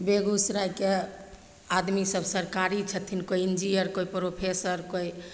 बेगूसरायके आदमीसभ सरकारी छथिन कोइ इन्जीनियर कोइ प्रोफेसर कोइ